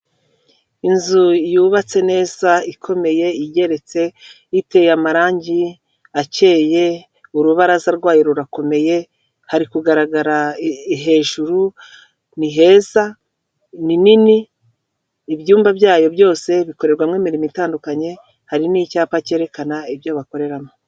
Inzu yubatse neza ikomeye igeretse iteye amarangi akeye urubaraza rwayo rurakomeye, hari kugaragara hejuru ni heza ni nini ibyumba byayo byose bikorerwamo imirimo itandukanye, hari n'icyapa cyerekana ibyo bakoreramo.